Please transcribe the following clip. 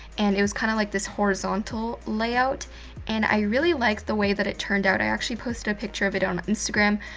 and it was kinda like this horizontal layout and, i really like the way that it turned out. i actually posted a picture of it on instagram.